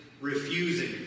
refusing